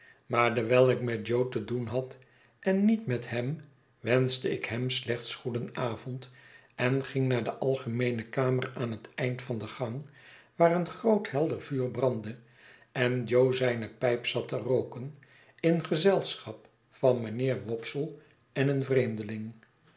maar dewijl ik met jo te doen had en niet met hem wenschte ik hem slechts goedenavond en ging naar de algemeene kamer aan het eind van den gang waar een groot helder vuur brandde en jo zijne pijp zat te rooken in gezelschap van mijnheer wopsle en een vreemdeling